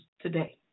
today